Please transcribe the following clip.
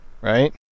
right